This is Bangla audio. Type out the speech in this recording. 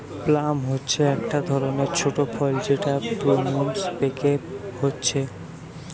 প্লাম হচ্ছে একটা ধরণের ছোট ফল যেটা প্রুনস পেকে হচ্ছে